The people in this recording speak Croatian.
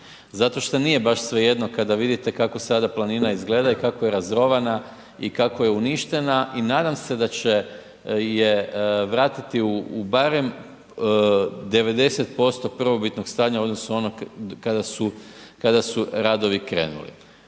zato šta nije baš svejedno kada vidite kako sada planina izgleda i kako je razrovana i kako je uništena i nadam se da će je vratiti u barem 90% prvobitnog stanja u odnosu na ono kada su, kada su radovi krenuli.